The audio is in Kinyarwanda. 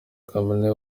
kamere